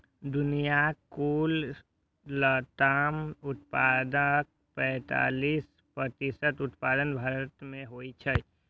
दुनियाक कुल लताम उत्पादनक पैंतालीस प्रतिशत उत्पादन भारत मे होइ छै